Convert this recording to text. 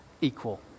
equal